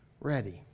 ready